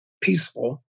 peaceful